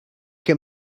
lle